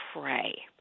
pray